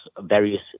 various